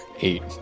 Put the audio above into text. Eight